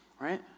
right